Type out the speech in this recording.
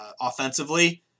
offensively